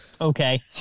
Okay